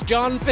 John